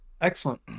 Excellent